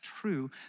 true